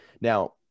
Now